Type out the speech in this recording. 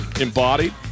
embodied